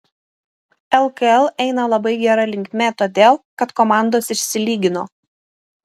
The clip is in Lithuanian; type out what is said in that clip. lkl eina labai gera linkme todėl kad komandos išsilygino